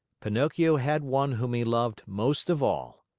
pinocchio had one whom he loved most of all.